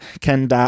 Ken